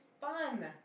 fun